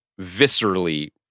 viscerally